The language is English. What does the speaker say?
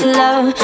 love